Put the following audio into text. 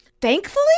Thankfully